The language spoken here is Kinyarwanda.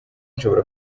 nshobora